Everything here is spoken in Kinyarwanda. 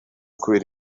kubera